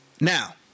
Now